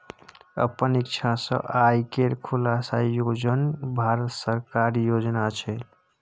अपन इक्षा सँ आय केर खुलासा योजन भारत सरकारक योजना छै